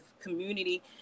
community